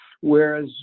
whereas